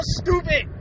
stupid